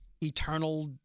eternal